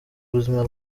buzima